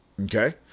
Okay